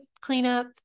cleanup